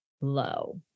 low